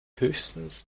höchstens